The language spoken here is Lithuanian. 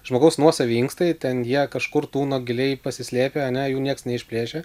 žmogaus nuosavi inkstai ten jie kažkur tūno giliai pasislėpę ane jų nieks neišplėšia